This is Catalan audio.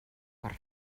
per